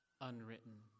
Unwritten